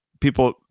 people